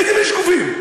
איזה מין שקופים?